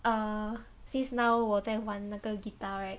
err since now 我在玩那个 guitar right